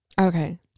Okay